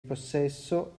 possesso